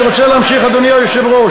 אני רוצה להמשיך, אדוני היושב-ראש.